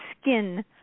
skin